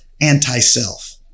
anti-self